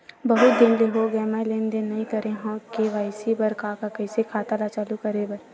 बहुत दिन हो गए मैं लेनदेन नई करे हाव के.वाई.सी बर का का कइसे खाता ला चालू करेबर?